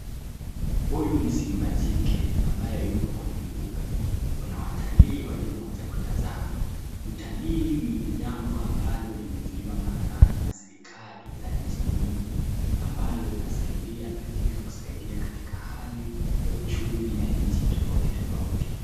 Huyu ni simba jike ambaye yuko kwenye mbuga. Kuna watalii waliokuja kutazama. Utalii ni jambo ambalo limetiliwa maanani na serikali za nchi nyingi ambayo inasaidia katika kusaidia katika hali ya uchumi ya nchi tofauti tofauti.